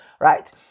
right